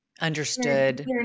understood